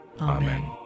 Amen